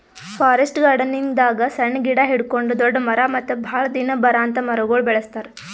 forest ಗಾರ್ಡನಿಂಗ್ದಾಗ್ ಸಣ್ಣ್ ಗಿಡ ಹಿಡ್ಕೊಂಡ್ ದೊಡ್ಡ್ ಮರ ಮತ್ತ್ ಭಾಳ್ ದಿನ ಬರಾಂತ್ ಮರಗೊಳ್ ಬೆಳಸ್ತಾರ್